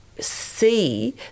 see